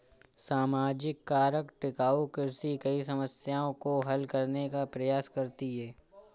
सामाजिक कारक टिकाऊ कृषि कई समस्याओं को हल करने का प्रयास करती है